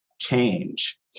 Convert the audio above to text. change